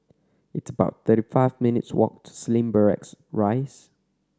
it's about thirty five minutes' walk to Slim Barracks Rise